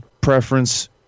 preference